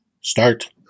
Start